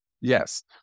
Yes